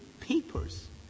papers